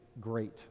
great